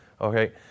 Okay